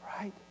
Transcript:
right